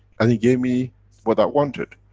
and he gave me what i wanted.